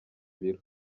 ibiro